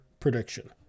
prediction